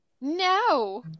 no